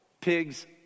Pigs